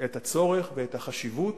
את הצורך ואת החשיבות